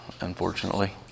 unfortunately